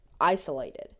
isolated